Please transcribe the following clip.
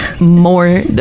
more